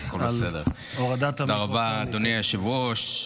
אדוני היושב-ראש.